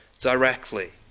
directly